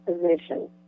position